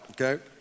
okay